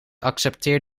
accepteer